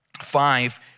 five